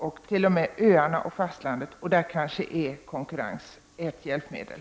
Konkurrens kan kanske vara ett hjälpmedel.